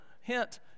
Hint